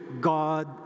God